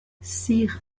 sir